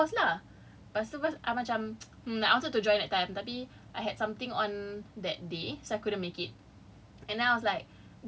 ah this excel course lah pastu I macam and I wanted to join that time tapi I had something on that day so I couldn't make it